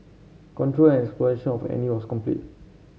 control and exploitation of Annie was complete